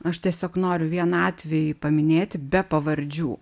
aš tiesiog noriu vieną atvejį paminėti be pavardžių